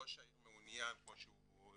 ראש העיר מעוניין כמו שציינו